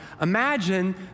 imagine